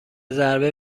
ضربه